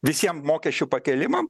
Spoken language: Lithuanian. visiems mokesčių pakėlimam